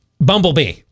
Bumblebee